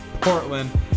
Portland